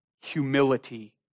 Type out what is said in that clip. humility